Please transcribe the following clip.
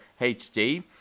HD